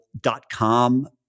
dot-com